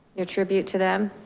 your tribute to them.